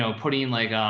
so putting like,